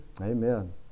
amen